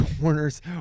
corners